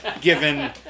given